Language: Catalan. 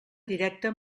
directe